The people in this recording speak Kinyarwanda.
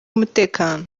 umutekano